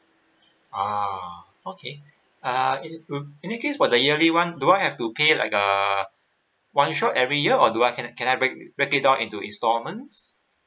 uh okay uh in wo~ in that case for the yearly [one] do I have to pay like uh one shot every year or do I can can I break it down into instalment